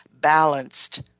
balanced